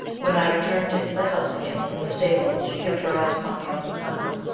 when i returned into the house again from the stable, she kept her eyes upon me all the time.